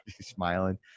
smiling